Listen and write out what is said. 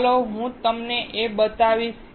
ચાલો હું તમને તે અહીં બતાવીશ